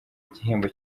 igihembo